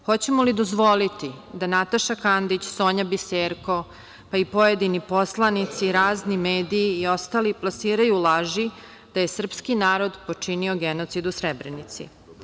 Hoćemo li dozvoliti da Nataša Kandić, Sonja Biserko, pa i pojedini poslanici, razni mediji i ostali plasiraju laži da je srpski narod počinio genocid u Srebrenici?